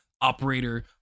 operator